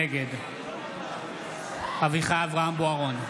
נגד אביחי אברהם בוארון,